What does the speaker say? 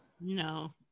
No